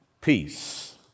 peace